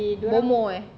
bomoh eh